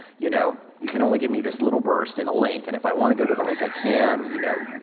you know. you can only give me this little burst in a link and if i want to go to the link, i can, you know,